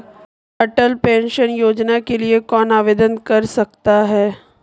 अटल pension योजना के लिए कौन आवेदन कर सकता है?